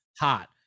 hot